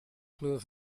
kleur